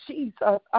Jesus